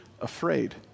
afraid